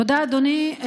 תודה, אדוני.